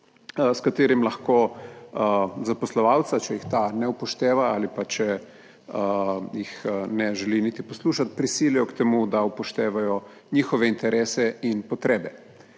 s katerim lahko zaposlovalca, če jih ta ne upošteva ali pa če jih ne želi niti poslušati, prisilijo k temu, da upoštevajo njihove interese in potrebe.